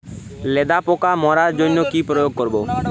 লেদা পোকা মারার জন্য কি প্রয়োগ করব?